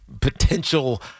potential –